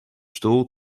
stoel